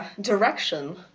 direction